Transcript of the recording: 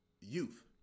youth